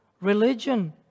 religion